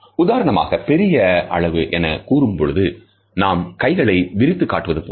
உதாரணமாக பெரிய அளவு எனக் கூறும் பொழுது நமது கைகளை விரித்து காட்டுவது போல